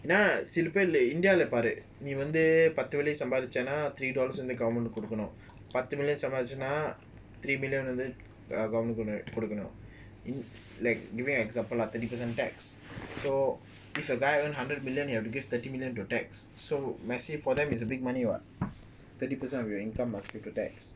ஆனாசிலபேருஇந்தியாலபாருநீவந்துபத்துமில்லியன்சம்பாதிச்சேனா:ana silaperu indiala paru nee vandhu paththu mikllion sambathichena three dollar government ku கொடுக்கணும்:kodukanum பத்துமில்லியன்சம்பாதிச்சேனா:paththu mikllion sambathichena three dollar government ku கொடுக்கணும்:kodukanum is like give me example lah thirty percent tax so if a guy earn hundred million you have to give thirty million to tax so messi for them is a big money [what] but thirty percent of your income must give to tax